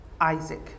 Isaac